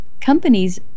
companies